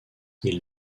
ils